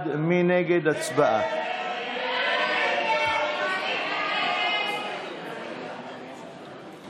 עובר להסתייגות מס' 7. מי בעד?